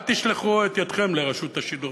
אל תשלחו את ידכם לרשות השידור.